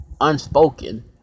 unspoken